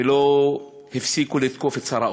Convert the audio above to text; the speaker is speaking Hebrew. ולא הפסיקו לתקוף את שר האוצר.